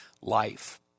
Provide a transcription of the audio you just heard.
life